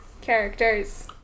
characters